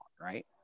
right